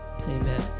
Amen